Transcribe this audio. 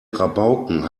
rabauken